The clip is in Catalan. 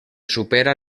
supera